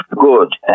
good